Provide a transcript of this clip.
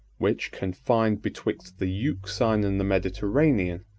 which, confined betwixt the euxine and the mediterranean,